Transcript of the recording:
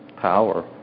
power